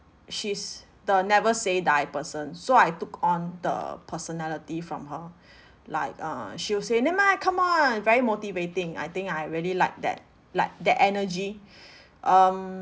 she's the never say die person so I took on the personality from her like err she'll say never mind come on very motivating I think I really like that like that energy um